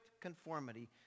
conformity